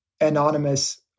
anonymous